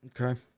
Okay